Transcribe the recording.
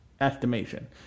estimation